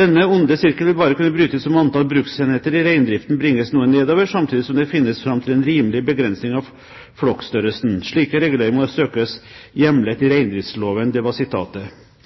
Denne onde sirkel vil bare kunne brytes om antall bruksenheter i reindriften bringes noe nedover, samtidig som det finnes fram til en rimelig begrensning av flokkstørrelsen. Slike reguleringer må søkes hjemlet i reindriftsloven.»